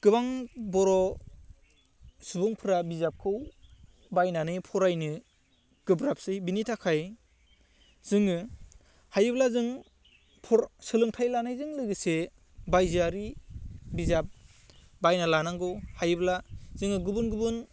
गोबां बर' सुबुंफोरा बिजाबखौ बायनानै फरायनो गोब्राबसै बिनि थाखाय जोङो हायोब्ला जों फर सोलोंथाइ लानायजों लोगोसे बायजोयारि बिजाब बायना लानांगौ हायोब्ला जोङो गुबुन गुबुन